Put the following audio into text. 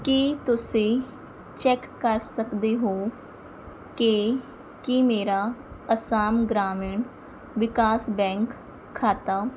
ਕੀ ਤੁਸੀਂ ਚੈੱਕ ਕਰ ਸਕਦੇ ਹੋ ਕਿ ਕੀ ਮੇਰਾ ਅਸਾਮ ਗ੍ਰਾਮੀਣ ਵਿਕਾਸ ਬੈਂਕ ਖਾਤਾ